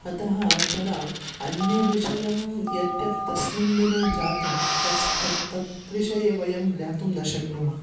अतः तदा अन्यविषयं यत्यत् तस्मिन् दिने जातं तत् तत्तद्विषये वयं ज्ञातुं न शक्नुमः